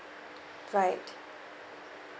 right